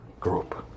group